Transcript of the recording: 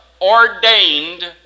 ordained